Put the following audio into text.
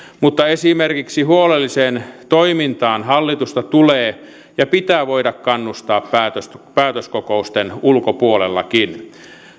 mutta esimerkiksi huolelliseen toimintaan hallitusta tulee ja pitää voida kannustaa päätöskokousten ulkopuolellakin